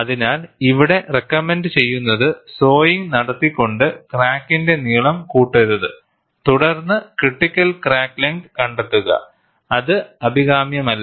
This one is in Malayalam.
അതിനാൽ ഇവിടെ റെക്കമെൻന്റ ചെയ്യുന്നത് സോയിങ് നടത്തികൊണ്ട് ക്രാക്കിന്റെ നീളം കൂട്ടരുത് തുടർന്ന് ക്രിട്ടിക്കൽ ക്രാക്ക് ലെങ്ത് കണ്ടെത്തുക അത് അഭികാമ്യമല്ല